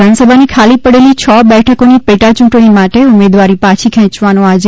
વિધાનસભાની ખાલી પડેલી છ બેઠકોની પેટાયૂંટણી માટે ઉમેદવારી પાછી ખેંચવાનો આજે